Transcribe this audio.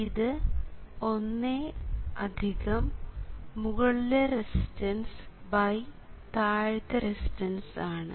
ഇത് 1മുകളിലെ റെസിസ്റ്റൻസ് താഴത്തെ റെസിസ്റ്റൻസ് ആണ്